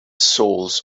soles